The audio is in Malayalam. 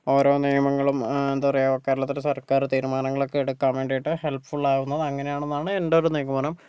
ഓരോ നിയമങ്ങളും എന്താ പറയുക കേരളത്തിൽ സർക്കാർ തീരുമാനങ്ങളൊക്കെ എടുക്കാൻ വേണ്ടിയിട്ട് ഹെല്പ് ഫുൾ ആകുന്നത് അങ്ങനെയാണെന്നാണ് എൻ്റെ ഒരു നിഗമനം